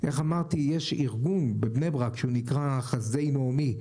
יש ארגון בבני ברק, שנקרא "חסדי נעמי",